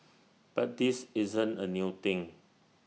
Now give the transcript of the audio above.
but this isn't A new thing